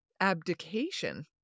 abdication